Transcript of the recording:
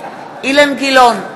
אילן גילאון,